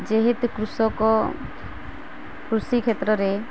ଯେହେତୁ କୃଷକ କୃଷି କ୍ଷେତ୍ରରେ